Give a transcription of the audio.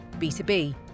B2B